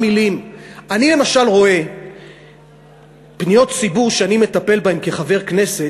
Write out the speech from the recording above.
אני למשל רואה פניות ציבור שאני מטפל בהן כחבר כנסת,